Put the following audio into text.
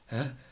!huh!